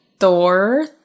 Thor